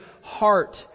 heart